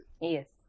Yes